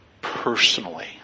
personally